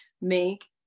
make